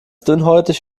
dünnhäutig